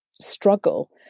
struggle